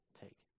take